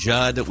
Judd